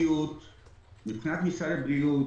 מבחינת משרד הבריאות,